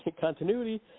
continuity